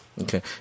Okay